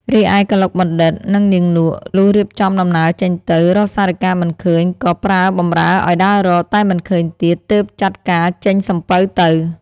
រីឯកឡុកបណ្ឌិត និងនាងនក់ លុះរៀបចំដំណើរចេញទៅ រកសារិកាមិនឃើញក៏ប្រើបម្រើឲ្យដើររក តែមិនឃើញទៀត ទើបចាត់ការចេញសំពៅទៅ ។